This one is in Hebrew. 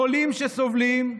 חולים שסובלים,